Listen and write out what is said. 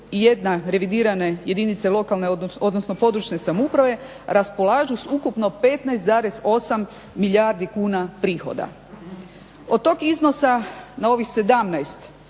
sve 81 revidirane jedinice lokalne odnosno područne samouprave raspolažu s ukupno 15,8 milijardi kuna prihoda. Od tog iznosa na ovih 17